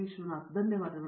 ವಿಶ್ವನಾಥನ್ ಧನ್ಯವಾದಗಳು